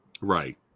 Right